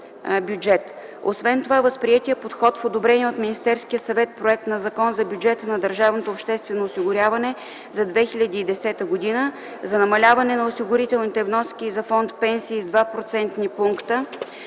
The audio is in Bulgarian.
Освен това възприетият подход в одобрения от Министерския съвет проект на Закон за бюджета на държавното обществено осигуряване за 2010 г. за намаляване на осигурителните вноски за фонд „Пенсии” с 2 процентни